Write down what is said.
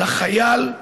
על החייל,